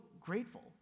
grateful